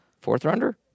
Fourth-rounder